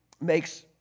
makes